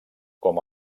com